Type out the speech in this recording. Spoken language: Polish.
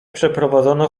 przeprowadzono